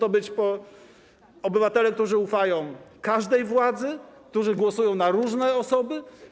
Obywatele, którzy ufają każdej władzy, którzy głosują na różne osoby.